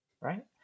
Right